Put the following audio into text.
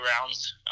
rounds